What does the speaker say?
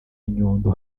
nyundo